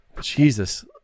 Jesus